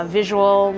visual